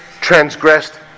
transgressed